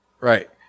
Right